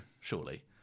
surely